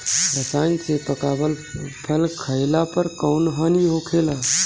रसायन से पकावल फल खइला पर कौन हानि होखेला?